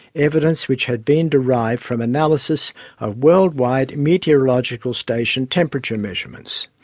evidence which had been derived from analysis of world-wide meteorological station temperature measurements.